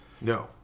No